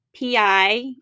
PI